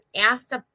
asked